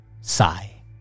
Sigh